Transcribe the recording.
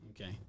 Okay